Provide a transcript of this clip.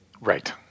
Right